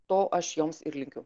to aš joms ir linkiu